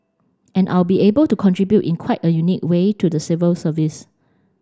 and I'll be able to contribute in quite a unique way to the civil service